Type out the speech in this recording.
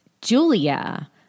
Julia